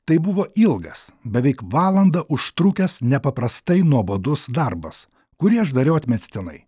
tai buvo ilgas beveik valandą užtrukęs nepaprastai nuobodus darbas kurį aš dariau atmestinai